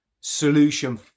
solution